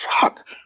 fuck